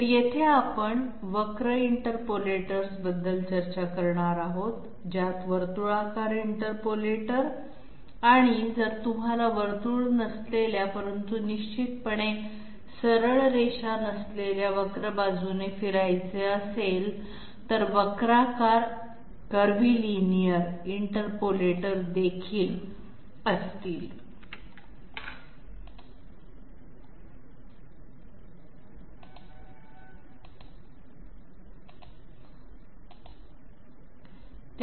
तर येथे आपण कर्वीलिनीअर इंटरपोलेटर्सबद्दल चर्चा करणार आहोत ज्यात वर्तुळाकार इंटरपोलेटर आणि जर तुम्हाला वर्तुळ नसलेल्या परंतु निश्चितपणे सरळ रेषा नसलेल्या वक्र बाजूने फिरायचे असेल तर कर्वीलिनीअर इंटरपोलेटर देखील असतील